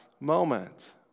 moment